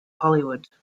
hollywood